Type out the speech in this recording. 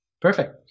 Perfect